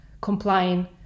complying